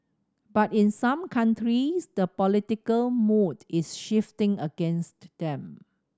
but in some countries the political mood is shifting against them